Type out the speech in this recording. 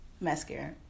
mascara